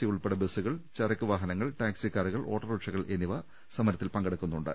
C ഉൾപ്പെടെ ബസ്സുകൾ ചർക്കുവാഹനങ്ങൾ ടാക്സി കാറുകൾ ഓട്ടോറിക്ഷകൾ എന്നിവ സമരത്തിൽ പങ്കെടുക്കുന്നുണ്ട്